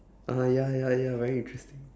ah ya ya ya very interesting